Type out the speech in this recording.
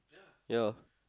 ya